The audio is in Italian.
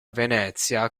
venezia